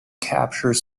capture